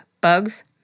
bugs